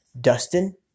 Dustin